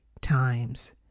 times